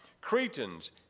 Cretans